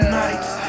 nights